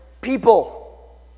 people